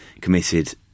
committed